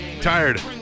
Tired